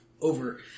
Over